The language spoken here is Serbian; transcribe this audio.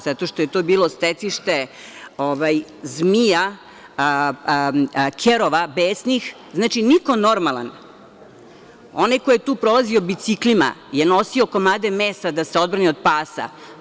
Zato što je to bilo stecište zmija, besnih kerova i niko normalan, onaj ko je tu prolazio biciklima je nosio komade mesa da se odbrani od pasa.